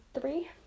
three